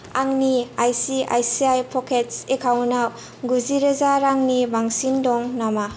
आंनि I C I C I pockets एकाउन्टाव गुजिरोजा रांनि बांसिन दं नामा